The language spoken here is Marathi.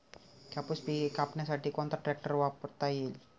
कापूस पिके कापण्यासाठी कोणता ट्रॅक्टर वापरता येईल?